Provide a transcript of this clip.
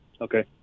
okay